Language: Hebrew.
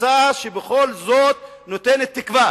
קבוצה שבכל זאת נותנת תקווה